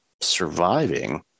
surviving